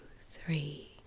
three